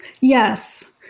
Yes